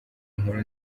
inkuru